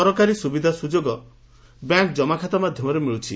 ସରକାରୀ ସୁବିଧା ସୁଯୋଗ ବ୍ୟାଙ୍କ କମାଖାତା ମାଧ୍ଘମରେ ମିଳୁଛି